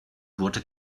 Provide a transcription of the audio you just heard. wurde